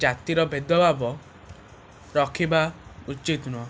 ଜାତିର ଭେଦଭାବ ରଖିବା ଉଚିତ ନୁନୁହେଁ